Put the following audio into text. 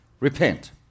Repent